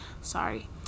sorry